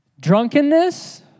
drunkenness